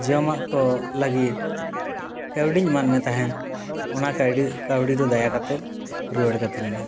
ᱡᱚᱢᱟᱜᱠᱚ ᱞᱟᱹᱜᱤᱫ ᱠᱟᱹᱣᱰᱤᱧ ᱮᱢᱟᱫᱢᱮ ᱛᱟᱦᱮᱸᱫ ᱚᱱᱟ ᱠᱟᱹᱭᱰᱤ ᱠᱟᱹᱣᱰᱤᱫᱚ ᱫᱟᱭᱟ ᱠᱟᱛᱮᱫ ᱨᱩᱣᱟᱹᱲ ᱠᱟᱹᱛᱤᱧ ᱢᱮ